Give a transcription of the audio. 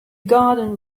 garden